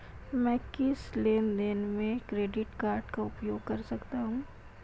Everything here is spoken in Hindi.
मैं किस लेनदेन में क्रेडिट कार्ड का उपयोग कर सकता हूं?